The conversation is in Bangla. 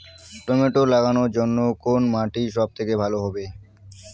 টমেটো লাগানোর জন্যে কোন মাটি সব থেকে ভালো হবে?